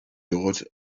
dod